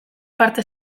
parte